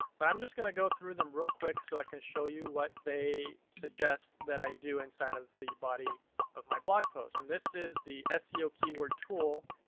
but i'm just gonna go through them real quick so i can show you what they suggest that i do inside of the body of my blog post. and this is the seo keyword tool.